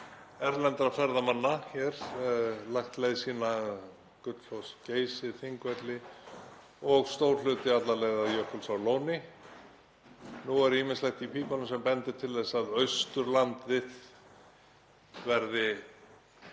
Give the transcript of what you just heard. erlendra ferðamanna hér hafa lagt leið sína um Gullfoss, Geysi, Þingvelli og stór hluti alla leið að Jökulsárlóni. Nú er ýmislegt í pípunum sem bendir til þess að Austurlandið verði